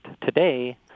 today